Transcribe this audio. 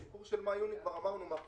הסיפור של מאי יוני כבר מאחורינו.